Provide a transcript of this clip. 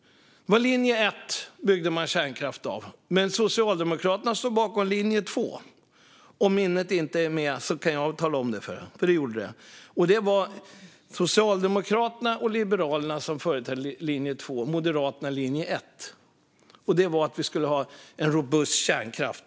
Linje 1 gick ut på att bygga kärnkraft. Men Socialdemokraterna stod bakom linje 2. Om minnet inte är med kan jag tala om att ni gjorde det. Socialdemokraterna och Liberalerna företrädde linje 2 och Moderaterna linje 1 - att vi skulle ha en robust kärnkraft.